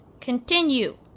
Continue